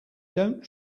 dont